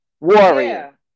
warrior